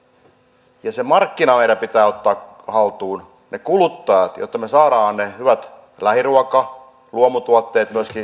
se markkina meidän pitää ottaa haltuun ne kuluttajat jotta me saamme ne hyvät lähiruoka luomutuotteet myöskin eteenpäin